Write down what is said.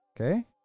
Okay